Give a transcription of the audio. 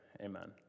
amen